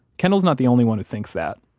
kendall's not the only one who thinks that.